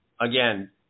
again